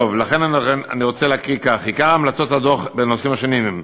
לכן אני רוצה להקריא כך: עיקר המלצות הדוח בנושאים השונים: